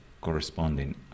corresponding